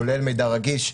כולל מידע רגיש,